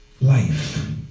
life